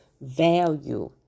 value